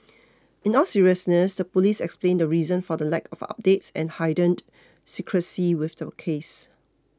in all seriousness the police explained the reason for the lack of updates and heightened secrecy with the case